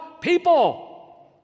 people